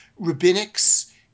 Rabbinics